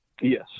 yes